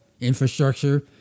infrastructure